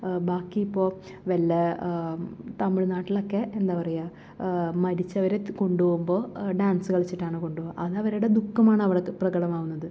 ബാക്കി ഇപ്പോൾ വല്ല തമിഴ്നാട്ടിലൊക്കെ എന്താ പറയുക മരിച്ചവരെ കൊണ്ട് പോകുമ്പോൾ ഡാൻസ് കളിച്ചിട്ടാണ് കൊണ്ട് പോകുക അതവരുടെ ദുഃഖമാണവിടെ പ്രകടമാവുന്നത്